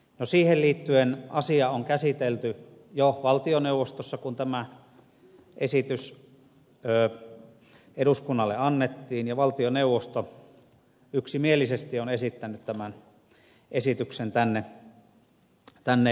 no siihen liittyen asiaa on käsitelty jo valtioneuvostossa kun tämä esitys eduskunnalle annettiin ja valtioneuvosto yksimielisesti on esittänyt tämän esityksen tänne eduskunnan käsittelyyn